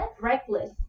Reckless